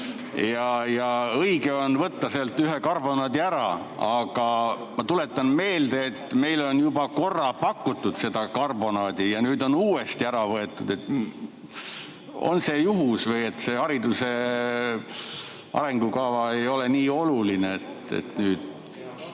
Õige on võtta sealt üks karbonaad ära. Ma tuletan meelde, et meile on juba korra pakutud seda karbonaadi ja nüüd on see uuesti ära võetud. On see juhus või see hariduse arengukava ei ole nii oluline, et nüüd ...?